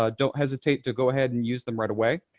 ah don't hesitate to go ahead and use them right away.